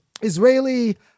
Israeli